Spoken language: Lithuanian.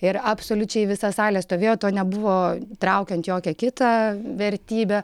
ir absoliučiai visa salė stovėjo to nebuvo traukiant jokią kitą vertybę